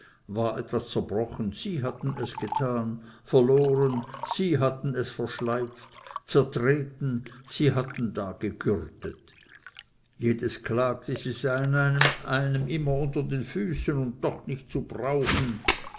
war etwas zerbrochen sie hatten es getan verloren sie hatten es verschleipft zertreten sie hatten da gegürtet jedes klagte sie seien einem immer unter den füßen und doch nichts zu brauchen